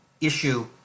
issue